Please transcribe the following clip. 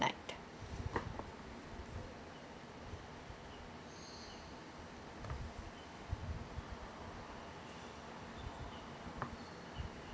night